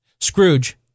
Scrooge